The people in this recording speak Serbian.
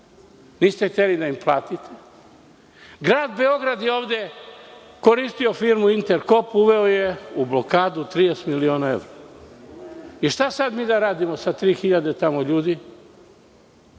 Niste hteli da im platite. Grad Beograd je ovde koristio firmu „Interkop“, uveo je u blokadu 30 miliona evra. Šta sada mi da radimo sa 3.000 ljudi